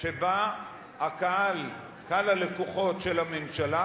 שבה הקהל, קהל הלקוחות של הממשלה,